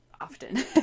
often